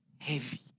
heavy